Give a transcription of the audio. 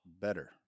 better